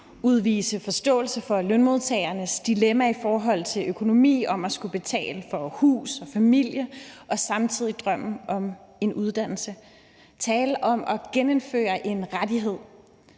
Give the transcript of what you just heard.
udvise forståelse for lønmodtagernes dilemma omkring økonomi i forhold til at skulle betale for hus og familie og samtidig have drømmen om en uddannelse og tale om at genindføre en rettighed